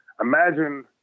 imagine